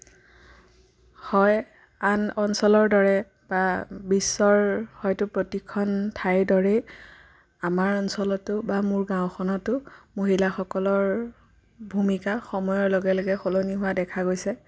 হয় আন অঞ্চলৰ দৰে বা বিশ্বৰ হয়তো প্ৰতিখন ঠাইৰ দৰেই আমাৰ অঞ্চলতো বা মোৰ গাঁওখনতো মহিলাসকলৰ ভূমিকা সময়ৰ লগে লগে সলনি হোৱা দেখা গৈছে